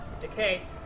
decay